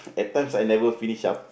at times I never finish up